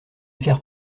faire